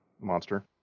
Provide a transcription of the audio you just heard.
monster